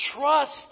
Trust